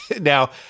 Now